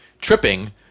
tripping